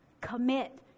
Commit